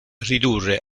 ridurre